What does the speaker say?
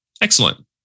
Excellent